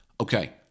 okay